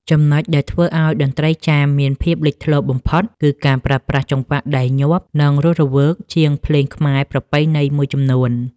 ចំណុចដែលធ្វើឱ្យតន្ត្រីចាមមានភាពលេចធ្លោបំផុត គឺការប្រើប្រាស់ចង្វាក់ដែលញាប់ និងរស់រវើកជាងភ្លេងខ្មែរប្រពៃណីមួយចំនួន។